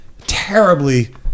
terribly